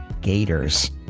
gators